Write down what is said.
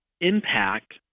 impact